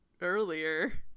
earlier